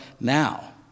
now